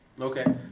Okay